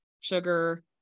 sugar